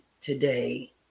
today